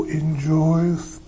enjoys